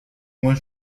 juin